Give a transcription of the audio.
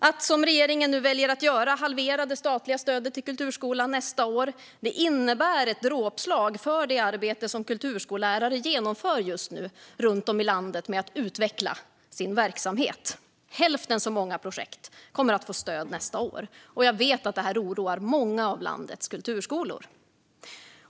Att halvera det statliga stödet till kulturskolan nästa år, som regeringen väljer att göra, innebär ett dråpslag för det arbete med att utveckla sin verksamhet som kulturskollärare just nu genomför runt om i landet. Hälften så många projekt kommer att få stöd nästa år, och jag vet att det här oroar många av landets kulturskolor.